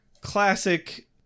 classic